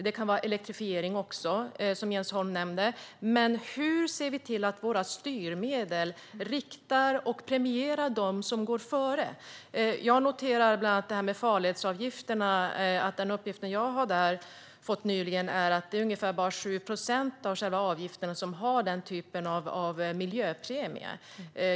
Det kan också gälla elektrifiering, som Jens Holm nämnde. Hur ser vi till att rikta våra styrmedel så att de premierar dem som går före? Jag noterar bland annat det här med farledsavgifterna. En uppgift jag nyligen har fått är att det bara är ungefär 7 procent av själva avgiften som har den typen av miljöpremie.